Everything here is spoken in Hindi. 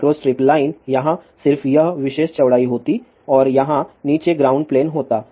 माइक्रोस्ट्रिप लाइन यहाँ सिर्फ यह विशेष चौड़ाई होती और यहाँ नीचे ग्राउंड प्लेन होता